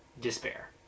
despair